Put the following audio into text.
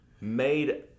made